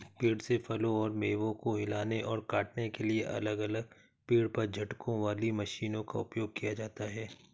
पेड़ से फलों और मेवों को हिलाने और काटने के लिए अलग अलग पेड़ पर झटकों वाली मशीनों का उपयोग किया जाता है